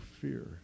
fear